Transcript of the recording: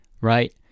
right